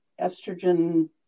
estrogen